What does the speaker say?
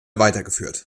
weitergeführt